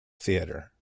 theatre